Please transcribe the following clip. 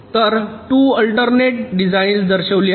तर 2 alternate designs दर्शविली आहेत